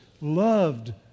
loved